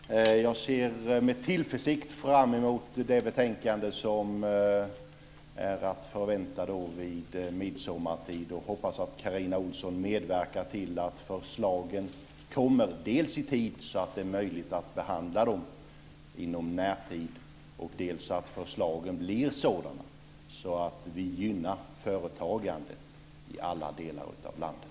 Herr talman! Jag ser med tillförsikt fram emot det betänkande som är att förvänta då vid midsommartid och hoppas att Carina Ohlsson medverkar dels till att förslagen kommer i tid, så att det är möjligt att behandla dem i närtid, dels till att förslagen blir sådana att vi gynnar företagande i alla delar av landet.